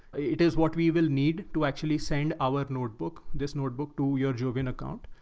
it is what we will need to actually send our notebook this notebook to your job in account.